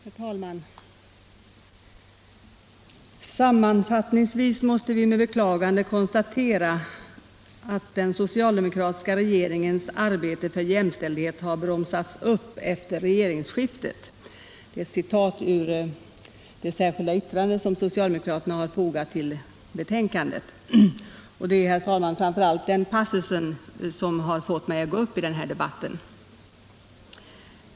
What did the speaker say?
Herr talman! ”Sammanfattningsvis måste vi med beklagande konstatera att den socialdemokratiska regeringens arbete för jämställdhet har bromsats upp efter regeringsskiftet.” Detta var ett citat ur det särskilda yttrande som socialdemokraterna har fogat vid utskottsbetänkandet i detta ärende, och det är, herr talman, framför allt den passusen i det socialdemokratiska särskilda yttrandet som har fått mig att gå upp i den här debatten.